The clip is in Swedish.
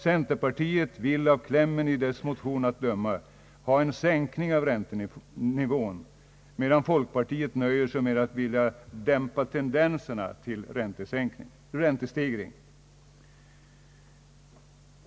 Centerpartiet vill av klämmen i sin motion att döma ha en sänkning av räntenivån, medan folkpartiet nöjer sig med att vilja dämpa tendenserna till räntestegring.